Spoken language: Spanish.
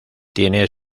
tiene